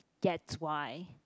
that's why